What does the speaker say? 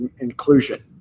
inclusion